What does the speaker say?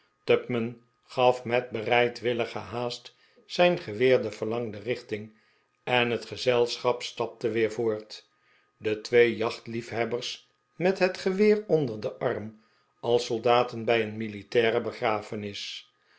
gaf met bereidwillige haast zijn geweer de verlangde richting en het gezelschap stapte weer voort de twee jachtliefhebbers met het geweer onder den arm als soldaten bij een militaire begrafenis